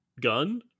Gun